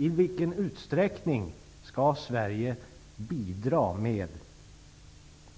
I vilken utsträckning skall Sverige bidra